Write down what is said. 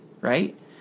right